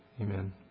amen